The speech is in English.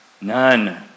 None